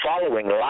following